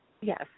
Yes